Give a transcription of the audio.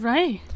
Right